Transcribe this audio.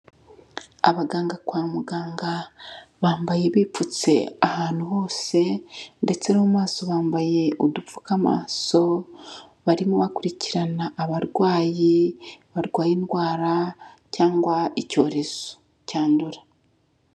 Abaganga kwa muganga bambaye bipfutse ahantu hose ndetse no mu maso bambaye udupfukamaso, barimo bakurikirana abarwayi barwaye indwara cyangwa icyorezo cyandura.